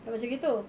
macam gitu